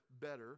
better